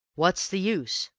wot's the use?